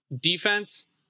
defense